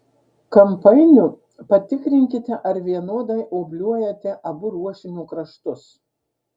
kampainiu patikrinkite ar vienodai obliuojate abu ruošinio kraštus